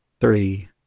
three